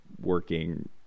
working